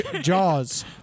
Jaws